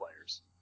players